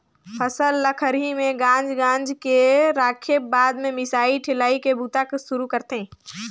फसल ल खरही में गांज गांज के राखेब बाद में मिसाई ठेलाई के बूता सुरू करथे